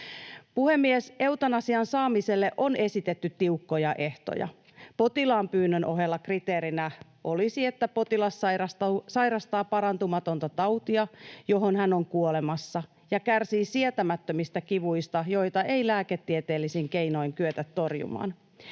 Puhemies! Eutanasian saamiselle on esitetty tiukkoja ehtoja. Potilaan pyynnön ohella kriteerinä olisi, että potilas sairastaa parantumatonta tautia, johon hän on kuolemassa, ja kärsii sietämättömistä kivuista, joita ei lääketieteellisin keinoin kyetä torjumaan.